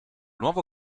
nuovo